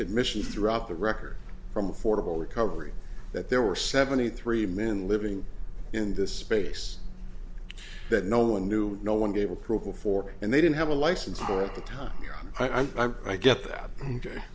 admission throughout the record from affordable recovery that there were seventy three men living in this space that no one knew no one gave approval for and they didn't have a license or at the time i get that